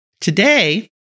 Today